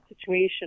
situation